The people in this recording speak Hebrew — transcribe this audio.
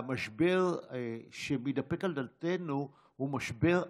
המשבר שמידפק על דלתנו הוא משבר ענק,